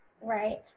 Right